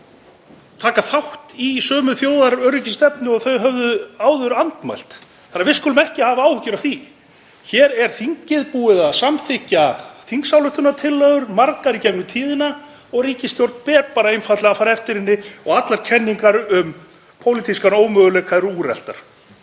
tóku þátt í sömu þjóðaröryggisstefnu og þau höfðu áður andmælt. Þannig að við skulum ekki hafa áhyggjur af því. Hér er þingið búið að samþykkja þingsályktunartillögur, margar í gegnum tíðina, og ríkisstjórn ber einfaldlega að fara eftir þeim. Allar kenningar um pólitískan ómöguleika eru úreltar.